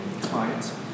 clients